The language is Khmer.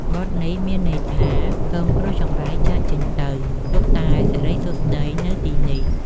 បទនេះមានន័យថា សូមគ្រោះចង្រៃចាកចេញទៅ ទុកតែសិរីសួស្ដីនៅទីនេះ។